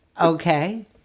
Okay